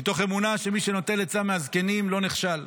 מתוך אמונה שמי שנוטל עצה מהזקנים לא נכשל.